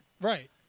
Right